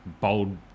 bold